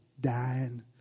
dying